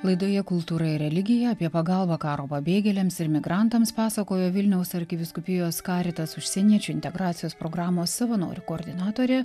laidoje kultūra ir religija apie pagalbą karo pabėgėliams ir migrantams pasakojo vilniaus arkivyskupijos karitas užsieniečių integracijos programos savanorių koordinatorė